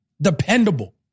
dependable